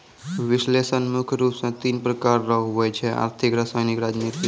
विश्लेषण मुख्य रूप से तीन प्रकार रो हुवै छै आर्थिक रसायनिक राजनीतिक